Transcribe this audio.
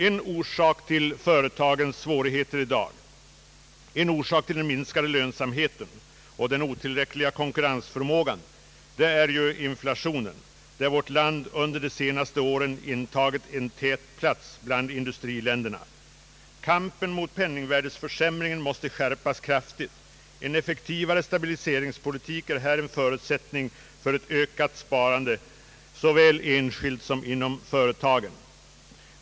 En orsak till den minskade lönsamheten och otillräckliga konkurrensförmåga är inflationen. Här har vårt land under de senaste åren intagit en tätplats bland industriländerna. Kampen mot penningvärdeförsämringen måste skärpas kraftigt. En effektivare stabiliseringspolitik är en förutsättning för ett ökat sparande, såväl enskilt som inom företagen.